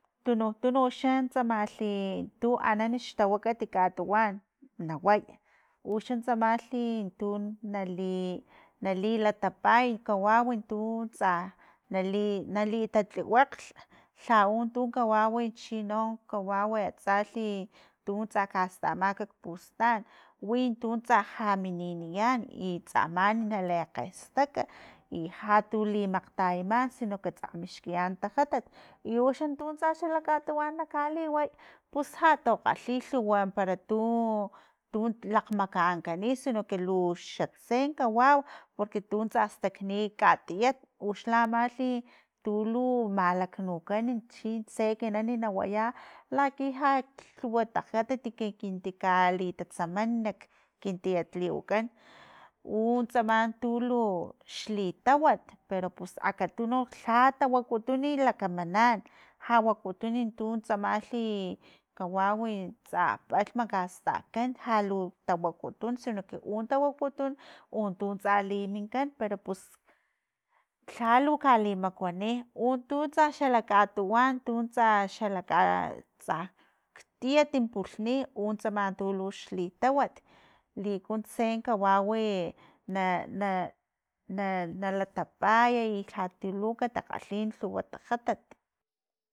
Tunu- tunu xa tsamalhi tu anani xtawakat katuwan naway, uxan tsamalhi tun nali- nali latapay kawawi tu tsa nali- nali tatliwakg, lha untu kawawi chino kawaw atsalhi tu tsa kastamak kpustan wintu tsa ja mininian tsa mani nali kgestak i ja tulimakgtayaman sino que tsa mixkiyan tajatat i uxan tun tsama xala katuwan na kaliway pus jatukhalhi lhuwa para tu- tu lakgmakankani sino que luxatse kawau porque tuntsa stakni katiet uxla amalhi tulu malaknukan chintse ekinan na waya laki ja lhuwa tajatat kinki kali tsaman kin tietliwkan u tsama tulu xlitawat pero pus akatunu lha tawakutuni lakamanan ja wakutuni tuntsamalhi kawawi tsa palhm kastakan lhalu tawakutun sino que un tawakutun untu tsa liminkan pero pus lhalu kali makuani untu tsa xalakatuwan tuntsa xa ka tsa ktiet pulhni untsama tu luxlitawat likuntse kawawi na- na- na- na latapay lhatulu katikgalhin lhuwa tajatat